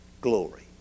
glory